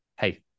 hey